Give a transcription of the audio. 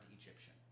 Egyptian